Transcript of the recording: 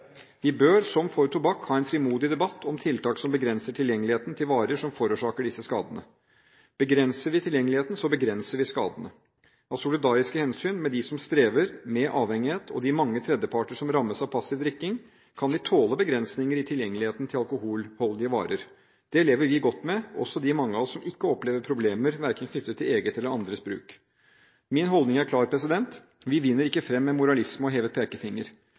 Vi bør, som for tobakk, ha en frimodig debatt om tiltak som begrenser tilgjengeligheten til varer som forårsaker disse skadene. Begrenser vi tilgjengeligheten, begrenser vi skadene. Av solidariske hensyn med dem som strever med avhengighet, og de mange tredjeparter som rammes av «passiv drikking», kan vi tåle begrensninger i tilgjengeligheten til alkoholholdige varer. Det lever vi godt med, også de mange av oss som ikke opplever problemer knyttet verken til eget eller andres bruk. Min holdning er klar: Vi vinner ikke fram med moralisme og hevet pekefinger.